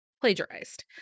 plagiarized